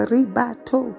Ribato